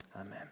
Amen